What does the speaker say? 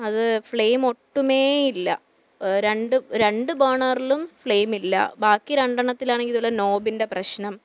അത് ഫ്ലെയിം ഒട്ടുമേയില്ല രണ്ട് രണ്ട് ബേണറിലും ഫ്ലെയിമില്ല ബാക്കി രണ്ടെണ്ണത്തിലാണെങ്കിൽ ഇതുപോലെ നോബിൻ്റെ പ്രശ്നം